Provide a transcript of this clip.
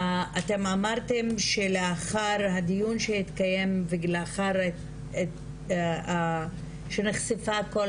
אתם אמרתם שלאחר שהתקיים ולאחר שנחשפה כל